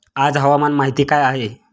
आज हवामान माहिती काय आहे?